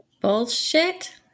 Bullshit